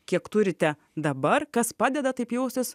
kiek turite dabar kas padeda taip jaustis